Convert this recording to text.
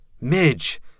Midge